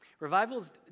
Revivals